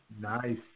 Nice